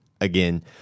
Again